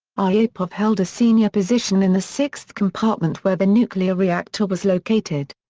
aryapov held a senior position in the sixth compartment where the nuclear reactor was located.